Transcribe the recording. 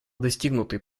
достигнутый